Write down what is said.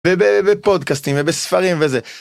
ובפודקאסטים ובספרים וזה.